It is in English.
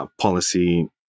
Policy